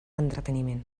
entreteniment